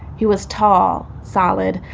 he was tall, solid,